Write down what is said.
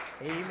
Amen